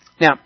Now